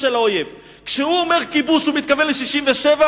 של האויב שכשהוא אומר כיבוש הוא מתכוון ל-67'?